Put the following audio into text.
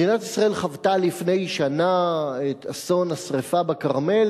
מדינת ישראל חוותה לפני שנה את אסון השרפה בכרמל,